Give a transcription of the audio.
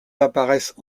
apparaissent